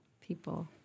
people